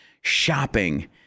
shopping